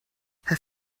herr